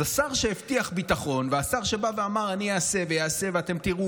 אז השר שהבטיח ביטחון והשר שבא ואמר: אני אעשה ואעשה ואתם תראו